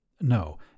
No